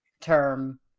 term